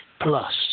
plus